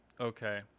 Okay